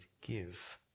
give